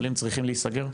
צריכים להיסגר?